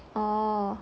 oh